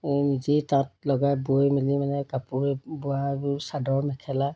নিজেই তাঁত লগাই বৈ মেলি মানে কাপোৰ বোৱা এইবোৰ চাদৰ মেখেলা